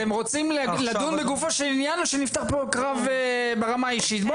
אתם רוצים לדון בגופו של עניין או שנפתח פה קרב ברמה האישית,